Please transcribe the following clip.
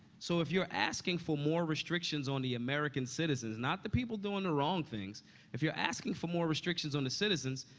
so, if you're asking for more restrictions on the american citizens, not the people doing the wrong things if you're asking for more restrictions on the citizens,